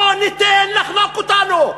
לא ניתן לחנוק אותנו.